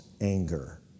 anger